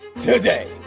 today